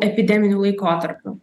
epideminiu laikotarpiu